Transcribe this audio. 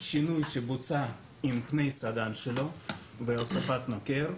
שינוי שבוצע עם פני הסדן שלו והוספת נוקר,